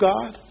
God